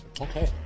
Okay